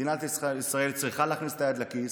מדינת ישראל צריכה להכניס את היד לכיס,